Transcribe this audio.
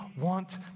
want